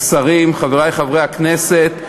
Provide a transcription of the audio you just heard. השרים, חברי חברי הכנסת,